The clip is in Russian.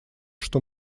что